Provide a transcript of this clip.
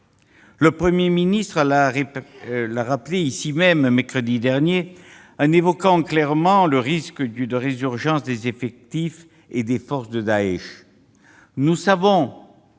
Le Premier ministre l'a rappelé ici même, mercredi dernier, en évoquant clairement le risque d'une résurgence des effectifs et des forces de Daech.